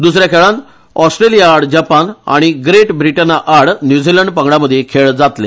द्सऱ्या खेळान ऑस्ट्रेलियाआड जपान आनी ग्रेट ब्रिटनआड न्यूझिलंड पंगडामदी खेळ जातले